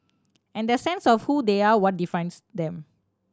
and their sense of who they are what defines them